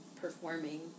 performing